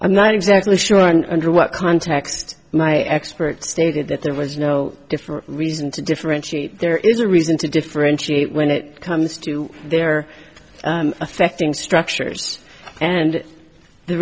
i'm not exactly sure and under what context my experts stated that there was no different reason to differentiate there is a reason to differentiate when it comes to their affecting structures and the